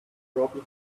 robbie